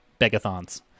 begathons